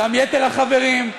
גם יתר החברים,